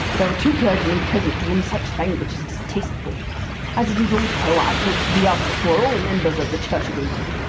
there are two clergymen present to whom such language is distasteful as it is also i hope to the others who are all members of the church of england.